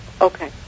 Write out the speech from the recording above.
okay